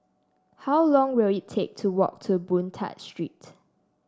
how long will it take to walk to Boon Tat Street